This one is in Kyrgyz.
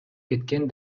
кеткен